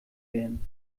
werden